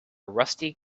rusty